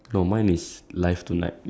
there's three birds